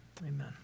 Amen